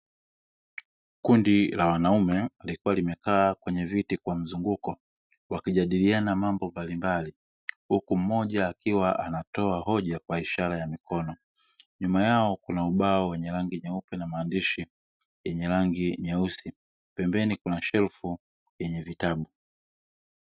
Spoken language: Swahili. Kundi la wanaume lilikuwa limekaa kwenye viti kwa mzunguko wakijadiliana mambo mbalimbali, huku mmoja akiwa anatoa hoja kwa ishara ya mikono; nyuma yao kuna ubao wenye rangi nyeupe na maandishi yenye rangi nyeusi, pembeni kuna shelf yenye vitabu.